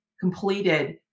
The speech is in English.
completed